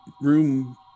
room